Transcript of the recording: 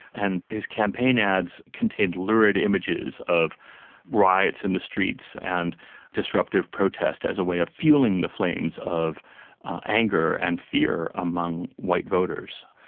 and his campaign ads contained lurid images of rights in the streets and disruptive protest as a way of fuelling the flames of anger and fear among white voters.